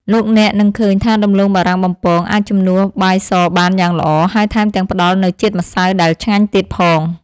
លោកអ្នកនឹងឃើញថាដំឡូងបារាំងបំពងអាចជំនួសបាយសបានយ៉ាងល្អហើយថែមទាំងផ្តល់នូវជាតិម្សៅដែលឆ្ងាញ់ទៀតផង។